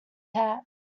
cat